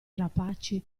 rapaci